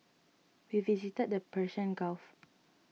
we visited the Persian Gulf